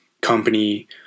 company